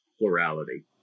plurality